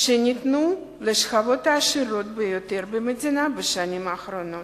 שניתנו לשכבות העשירות ביותר בשנים האחרונות.